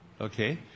Okay